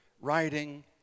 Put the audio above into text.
writing